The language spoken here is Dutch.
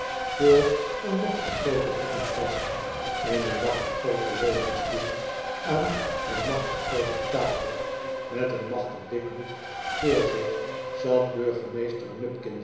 voor een machtig groote boekenkast in een machtig grooten leuningstoel aan een machtig groote tafel met een machtig dik boek voor zich zat burgemeester